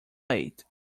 late